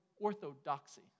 orthodoxy